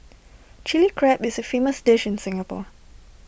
Chilli Crab is A famous dish in Singapore